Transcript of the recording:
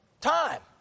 time